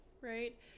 right